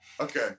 Okay